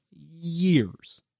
Years